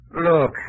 Look